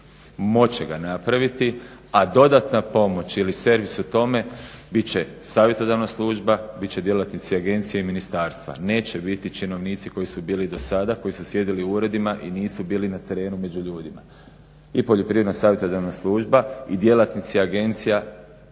će ga napraviti, a dodatna pomoć ili servis u tome bit će savjetodavna služba, bit će djelatnici agencije i ministarstva. Neće biti činovnici koji su bili dosada, koji su sjedili u uredima i nisu bili na terenu među ljudima. I Poljoprivredna savjetodavna služba i djelatnici agencija